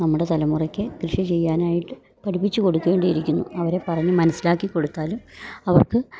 നമ്മുടെ തലമുറയ്ക്ക് കൃഷി ചെയ്യാനായിട്ട് പഠിപ്പിച്ച് കൊടുക്കേണ്ടിയിരിക്കുന്നു അവരെ പറഞ്ഞ് മനസ്സിലാക്കി കൊടുത്താലും അവർക്ക്